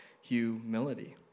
humility